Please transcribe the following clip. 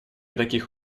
таких